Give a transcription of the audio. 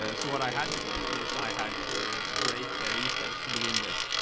ah so what i had to do is i had to break their ethos to begin with,